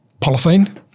polythene